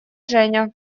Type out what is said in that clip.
женя